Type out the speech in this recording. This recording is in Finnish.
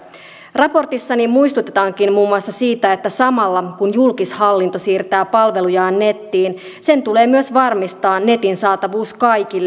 raportissani muistutetaankin muun muassa siitä että samalla kun julkishallinto siirtää palvelujaan nettiin sen tulee myös varmistaa netin saatavuus kaikille